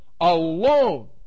alone